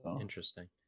Interesting